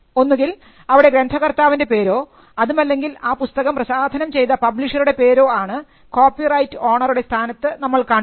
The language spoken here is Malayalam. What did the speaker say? ഒന്നുകിൽ അവിടെ ഗ്രന്ഥ കർത്താവിൻറെ പേരോ അതുമല്ലെങ്കിൽ ആ പുസ്തകം പ്രസാധനം ചെയ്ത പബ്ലിഷറുടെ പേരോ ആണ് കോപ്പിറൈറ്റ് ഓണറുടെ സ്ഥാനത്ത് നമ്മൾ കാണുക